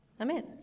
Amen